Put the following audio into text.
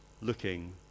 looking